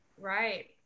Right